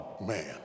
man